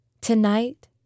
Tonight